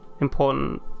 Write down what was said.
important